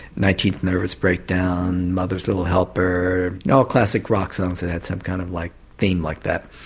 nineteenth nervous breakdown, mother's little helper, all classic rock songs that had some kind of like theme like that.